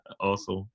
Awesome